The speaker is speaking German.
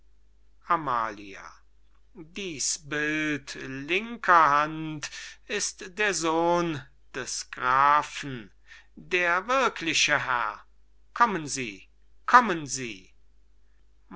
amalia diß bild linker hand ist der sohn des grafen der wirkliche herr kommen sie kommen sie